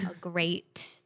great